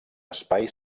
espai